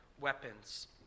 weapons